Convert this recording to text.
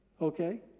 Okay